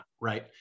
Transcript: right